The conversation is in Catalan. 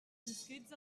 inscrits